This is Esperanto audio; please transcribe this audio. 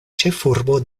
ĉefurbo